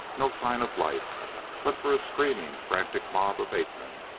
no sign of life but for a screaming, frantic mob of ape-men,